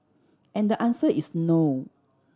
and the answer is no